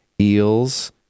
eels